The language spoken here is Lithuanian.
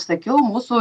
sakiau mūsų